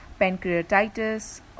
pancreatitis